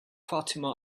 fatima